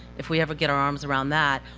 if we ever get our arms around that,